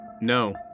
No